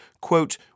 quote